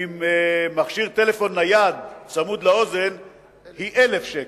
עם מכשיר טלפון נייד צמוד לאוזן היא 1,000 שקל.